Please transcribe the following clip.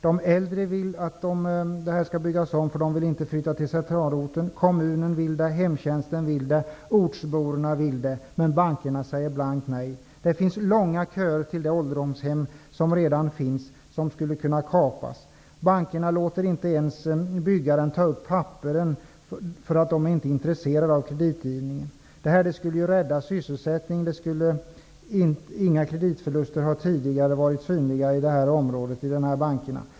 De äldre vill att ålderdomshemmet skall byggas om, för de vill inte flytta till centralorten. Kommunen vill det, hemtjänsten vill det, ortsborna vill det, men bankerna säger blankt nej. Det finns långa köer till det ålderdomshem som nu finns vilka skulle kunna kapas. Bankerna låter inte ens byggaren ta upp papperen, därför att de inte är intresserade av kreditgivningen. Bygget skulle rädda sysselsättningen. Inga kreditförluster har tidigare varit synliga i dessa banker.